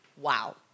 Wow